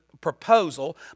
proposal